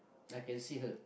I can see her